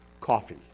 Coffee